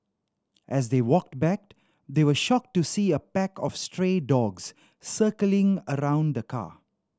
as they walked back they were shocked to see a pack of stray dogs circling around the car